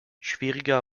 schwieriger